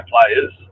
players